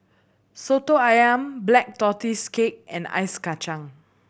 Soto Ayam Black Tortoise Cake and Ice Kachang